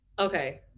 Okay